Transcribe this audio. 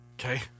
Okay